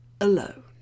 alone